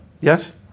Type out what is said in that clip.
Yes